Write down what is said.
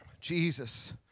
Jesus